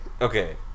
Okay